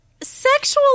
sexual